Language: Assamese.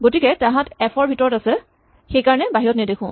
গতিকে তাঁহাত এফ ৰ ভিতৰত আছে সেইকাৰণে বাহিৰত নেদেখো